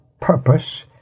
purpose